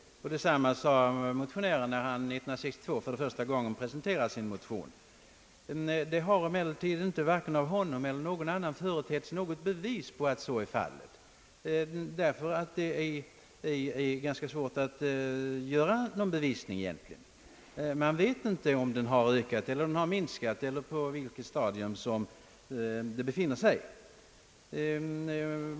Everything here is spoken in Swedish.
Detsamma sade motionärerna år 1962, då de för första gången presenterade sin motion. Det har emellertid varken av motionärerna eller av någon annan företetts något bevis för att ockerverksamheten har ökat. Man vet inte om verksamheten ökat eller minskat eller på vilket stadium den befinner sig.